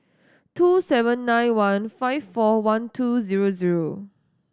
two seven nine one five four one two zero zero